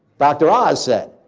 dr. oz said.